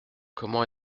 comment